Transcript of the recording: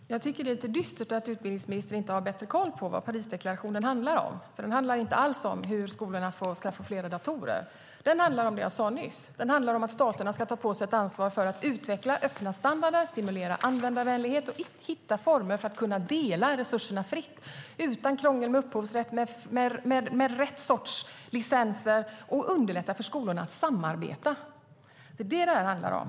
Herr talman! Jag tycker att det är dystert att utbildningsministern inte har bättre koll på vad Parisdeklarationen handlar om. Den handlar inte alls om hur skolorna ska skaffa fler datorer. Den handlar om det jag sade nyss, att staterna ska ta på sig ett ansvar för att utveckla öppna standarder, stimulera användarvänlighet och hitta former för att kunna dela resurserna fritt, utan krångel med upphovsrätt och med rätt sorts licenser, och för att underlätta för skolorna att samarbeta. Det är det som det här handlar om.